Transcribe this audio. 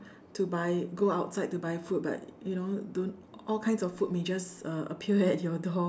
to buy go outside to buy food but you know do all kinds of food may just uh appear at your door